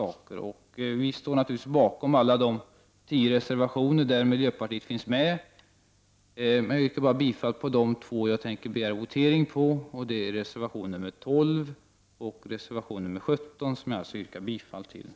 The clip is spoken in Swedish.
Vi i miljöpartiet står naturligtvis bakom alla de tio reservationer som miljöpartiet har fogat till betänkandet, men jag yrkar bifall till endast de två reservationer som jag tänker begära votering på, nämligen reservationerna 12 och 17.